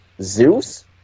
Zeus